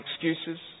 excuses